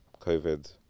COVID